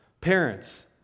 parents